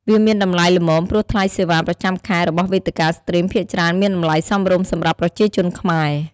វាមានតម្លៃល្មម ព្រោះថ្លៃសេវាប្រចាំខែរបស់វេទិកាស្ទ្រីមភាគច្រើនមានតម្លៃសមរម្យសម្រាប់ប្រជាជនខ្មែរ។